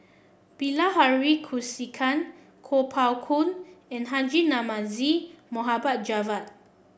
Bilahari Kausikan Kuo Pao Kun and Haji Namazie Mohbed Javad